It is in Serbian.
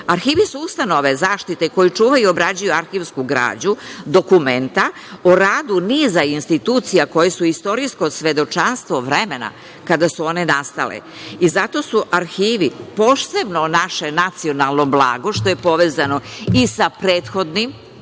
su ustanove zaštite koje čuvaju i obrađuju arhivsku građu, dokumenta o radu niza institucija koje su istorijsko svedočanstvo vremena kada su one nastale. Zato su arhivi posebno naše nacionalno blago, što je povezano i sa prethodnim